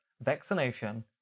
vaccination